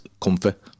comfort